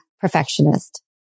perfectionist